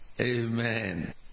Amen